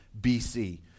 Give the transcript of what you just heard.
BC